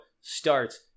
starts